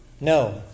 No